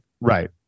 Right